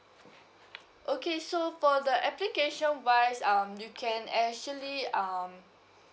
okay so for the application wise um you can actually um